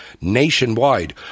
nationwide